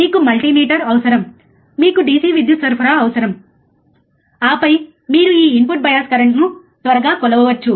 మీకు మల్టీమీటర్ అవసరం మీకు DC విద్యుత్ సరఫరా అవసరం ఆపై మీరు ఈ ఇన్పుట్ బయాస్ కరెంట్ను త్వరగా కొలవవచ్చు